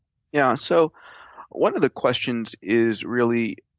yeah, so one of the questions is really,